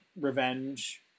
revenge